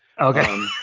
Okay